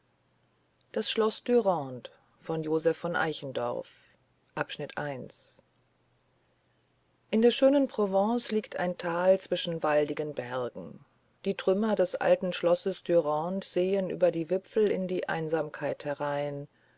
eichendorffdas schloß dürande in der schönen provence liegt ein tal zwischen waldigen bergen die trümmer des alten schlosses dürande sehen über die wipfel in die einsamkeit herein